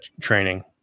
training